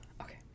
Okay